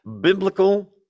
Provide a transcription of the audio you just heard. biblical